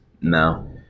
No